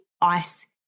ice